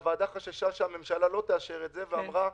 והוועדה חששה שהממשלה לא תאשר את זה ואמרה: